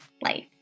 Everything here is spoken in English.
life